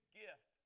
gift